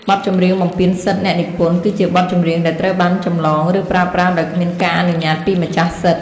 បទចម្រៀងបំពានសិទ្ធិអ្នកនិពន្ធ គឺជាបទចម្រៀងដែលត្រូវបានចម្លង ឬប្រើប្រាស់ដោយគ្មានការអនុញ្ញាតពីម្ចាស់សិទ្ធិ។